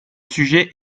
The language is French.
sujet